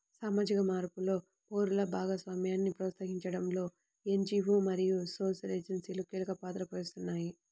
సామాజిక మార్పులో పౌరుల భాగస్వామ్యాన్ని ప్రోత్సహించడంలో ఎన్.జీ.వో మరియు సోషల్ ఏజెన్సీలు కీలక పాత్ర పోషిస్తాయి